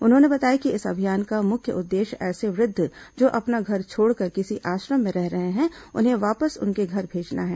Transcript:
उन्होंने बताया कि इस अभियान का मुख्य उद्देश्य ऐसे वृद्ध जो अपना घर छोड़कर किसी आश्रम में रह रहे हैं उन्हें वापस उनके घर भेजना है